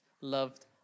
loved